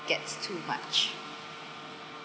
gets too much